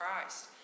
Christ